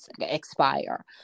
expire